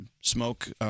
smoke